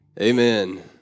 amen